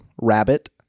rabbit